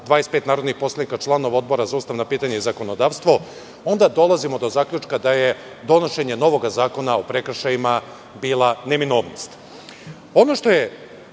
25 narodnih poslanika, članova Odbora za ustavna pitanja i zakonodavstvo, onda dolazimo do zaključka da je donošenje novog zakona o prekršajima bila neminovnost. Ono